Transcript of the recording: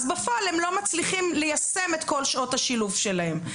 אז בפועל הם לא מצליחים ליישם את כל שעות השילוב שלהם.